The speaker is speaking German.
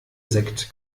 sekt